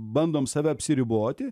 bandom save apsiriboti